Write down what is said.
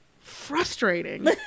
frustrating